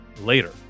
later